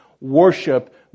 worship